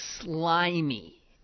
slimy